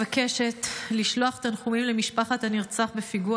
אני מבקשת לשלוח תנחומים למשפחת הנרצח בפיגוע